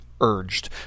urged